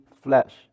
flesh